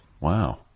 wow